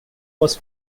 was